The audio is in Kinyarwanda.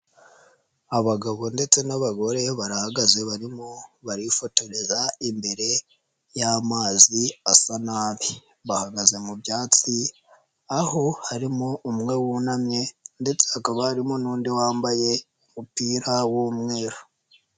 Abagabo ndetse n'abagore bahagaze barimo barifotoreza imbere y'amazi asa nabi, bahagaze mu byatsi aho harimo umwe wunamye ndetse hakaba harimo n'undi wambaye umupira w'umweru.